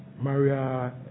Maria